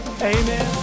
amen